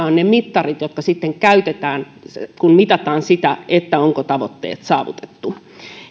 ovat ne mittarit joita sitten käytetään kun mitataan sitä onko tavoitteet saavutettu